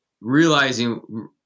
realizing